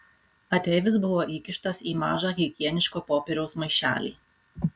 ateivis buvo įkištas į mažą higieniško popieriaus maišelį